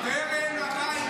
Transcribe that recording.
שטרן, הביתה, הנעליים.